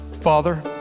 Father